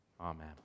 Amen